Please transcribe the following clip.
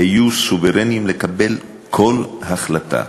היו סוברניים לקבל כל החלטה,